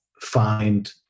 find